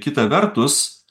kita vertus